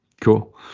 cool